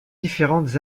différentes